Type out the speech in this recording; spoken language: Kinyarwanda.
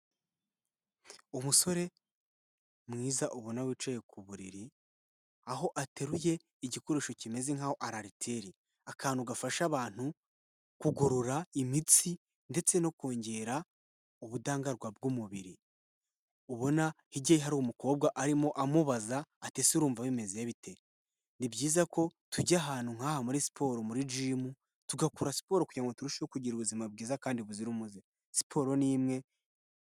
Umusore mwiza ubona wicaye ku buriri, aho ateruye igikoresho kimeze nk'aho ari ariteri, akantu gafasha abantu kugorora imitsi ndetse no kongera ubudahangarwa bw'umubiri, ubona hirya ye hari umukobwa arimo amubaza ati "ese urumva bimeze bite"? Ni byiza ko tujya ahantu nk'aha muri siporo muri jimu, tugakora siporo kugira ngo turusheho kugira ubuzima bwiza kandi buzira umuze, siporo ni imwe...